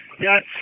Yes